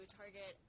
target